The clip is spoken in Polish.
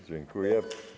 Dziękuję.